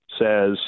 says